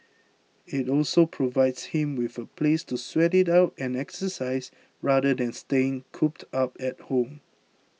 it also provides him with a place to sweat it out and exercise rather than staying cooped up at home